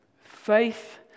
Faith